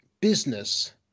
business